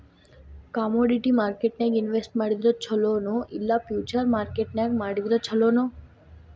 Commodity ಮಾರ್ಕೆಟ್ನ್ಯಾಗ್ invest ಮಾಡಿದ್ರ ಛೊಲೊ ನೊ ಇಲ್ಲಾ ಫ್ಯುಚರ್ ಮಾರ್ಕೆಟ್ ನ್ಯಾಗ್ ಮಾಡಿದ್ರ ಛಲೊನೊ?